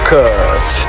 Cause